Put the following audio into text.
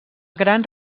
gran